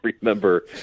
remember